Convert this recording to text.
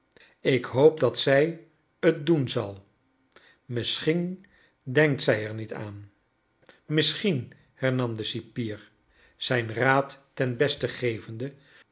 ik hoop dat zij t doen zal misschien denkt zij er niet aan misschien hernam de cipier zijn raad ten beste gevende